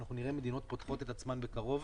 אנחנו נראות מדינות פותחות את עצמן בקרוב,